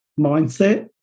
mindset